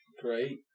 great